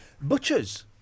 Butchers